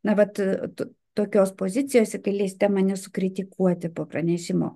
na vat tokios pozicijos galėsite mane sukritikuoti po pranešimo